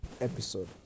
episode